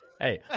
Hey